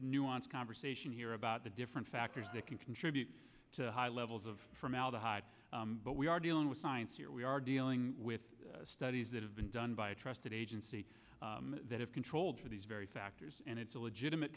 nuance conversation here about the different factors that can contribute to high levels of formaldehyde but we are dealing with science here we are dealing with studies that have been done by a trusted agency that is controlled for these very factors and it's a legitimate